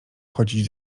chodzić